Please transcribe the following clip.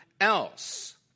else